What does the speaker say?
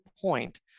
point